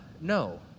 No